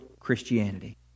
Christianity